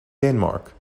denmark